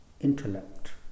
intellect